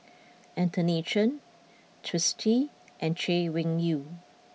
Anthony Chen Twisstii and Chay Weng Yew